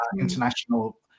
international